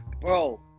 bro